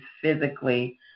physically